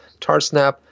Tarsnap